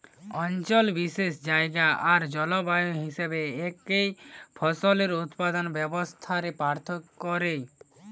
অঞ্চল বিশেষে জায়গা আর জলবায়ু হিসাবে একই ফসলের উৎপাদন ব্যবস্থা রে পার্থক্য রয়